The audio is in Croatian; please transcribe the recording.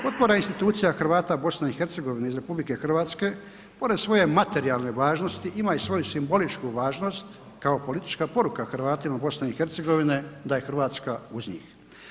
Potpora institucija Hrvata BiH iz RH pored svoje materijalne važnosti ima i svoju simboličku važnost kao politička poruka Hrvatima BiH da je Hrvatska uz njih.